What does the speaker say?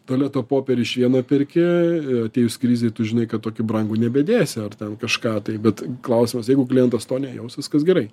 tualeto popierių iš vieno perki atėjus krizei tu žinai kad tokį brangų nebedėsi ar ten kažką tai bet klausimas jeigu klientas to nejaus viskas gerai